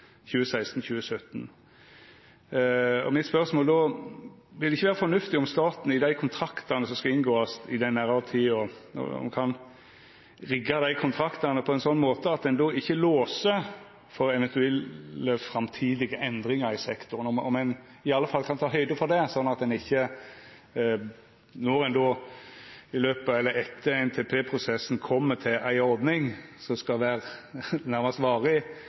2016 og 2017. Mitt spørsmål er: Vil det ikkje vera fornuftig om staten i dei kontraktane som skal inngåast i den næraste tida, kan rigga kontraktane slik at ein ikkje låser for eventuelle framtidige endringar i sektoren? Kan ein i alle fall ta høgd for det, slik at ein ikkje, når ein etter NTP-prosessen kjem til ei ordning som skal vera nærast varig,